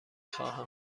خواهم